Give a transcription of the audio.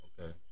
okay